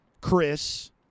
Chris